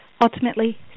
ultimately